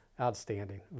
outstanding